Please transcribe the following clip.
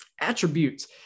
attributes